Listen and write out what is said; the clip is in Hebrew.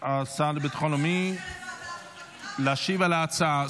השר לביטחון לאומי להשיב על ההצעה.